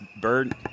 Bird